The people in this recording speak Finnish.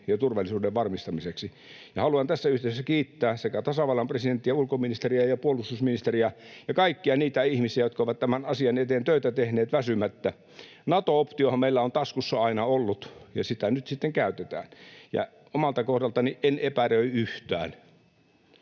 ja turvallisuuden varmistamiseksi. Ja haluan tässä yhteydessä kiittää tasavallan presidenttiä, ulkoministeriä, puolustusministeriä ja kaikkia niitä ihmisiä, jotka ovat tämän asian eteen töitä tehneet väsymättä. Nato-optiohan meillä on taskussa aina ollut, ja sitä nyt sitten käytetään, ja omalta kohdaltani en epäröi yhtään.